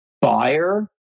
buyer